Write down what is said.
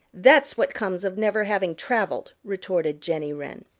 that's what comes of never having traveled, retorted jenny wren.